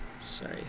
Sorry